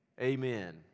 Amen